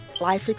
life